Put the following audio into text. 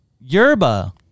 Yerba